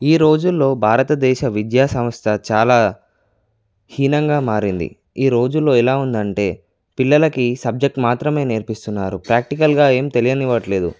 ఈ రోజుల్లో భారతదేశ విద్యాసంస్థ చాలా హీనంగా మారింది ఈ రోజుల్లో ఎలా ఉందంటే పిల్లలకి సబ్జెక్టు మాత్రమే నేర్పిస్తున్నారు ప్రాక్టికల్గా ఏమి తెలియనివ్వటం లేదు